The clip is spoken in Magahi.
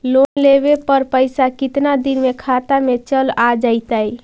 लोन लेब पर पैसा कितना दिन में खाता में चल आ जैताई?